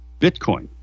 Bitcoin